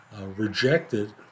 rejected